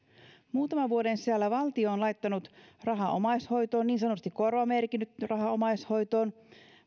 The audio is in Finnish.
muutaman vuoden sisällä valtio on laittanut rahaa omaishoitoon niin sanotusti korvamerkinnyt rahaa omaishoitoon